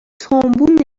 تومبون